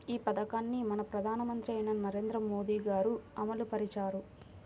ఈ పథకాన్ని మన ప్రధానమంత్రి అయిన నరేంద్ర మోదీ గారు అమలు పరిచారు